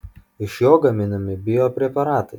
iš jo gaminami biopreparatai